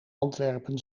antwerpen